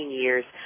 years